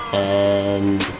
and